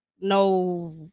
no